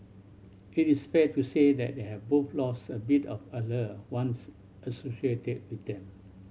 it is fair to say that they have both lost a bit of allure once associated with them